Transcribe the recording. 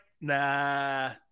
Nah